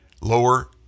Lower